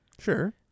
Sure